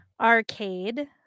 Arcade